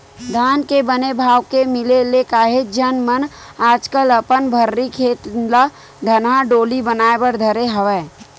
धान के बने भाव के मिले ले काहेच झन मन आजकल अपन भर्री खेत ल धनहा डोली बनाए बर धरे हवय